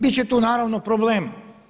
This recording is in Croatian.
Bit će tu, naravno problema.